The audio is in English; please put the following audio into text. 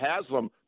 Haslam